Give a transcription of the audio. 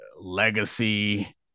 legacy